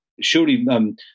surely